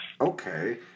Okay